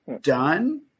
done